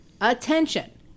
Attention